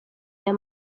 aya